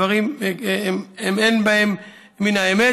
הדברים, אין בהם מן האמת.